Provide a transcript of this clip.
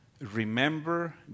Remember